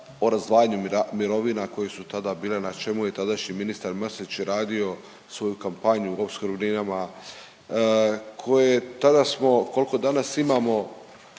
o razdvajanju mirovina koje su tada bile, na čemu je tadašnji ministar Mrsić radio svoju kampanju opskrbninama, koje tada smo, kolko danas imamo